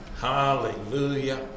Hallelujah